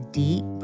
deep